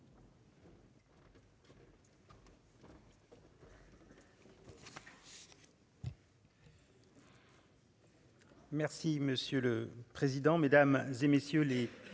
Merci monsieur le président, Mesdames, et messieurs les